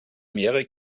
mehrere